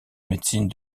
médecine